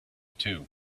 too